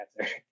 answer